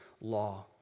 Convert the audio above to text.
law